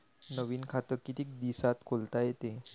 नवीन खात कितीक दिसात खोलता येते?